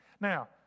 Now